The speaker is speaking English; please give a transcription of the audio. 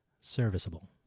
serviceable